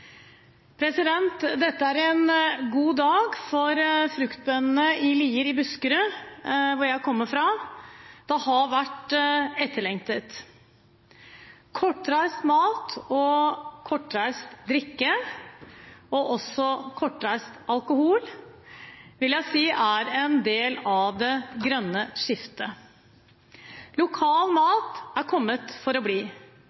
volumprosent. Dette er en god dag for fruktbøndene i Lier i Buskerud, hvor jeg kommer fra. Det har vært etterlengtet. Kortreist mat og kortreist drikke, og også kortreist alkohol, vil jeg si er en del av det grønne skiftet. Lokal mat er kommet for å bli.